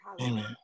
Amen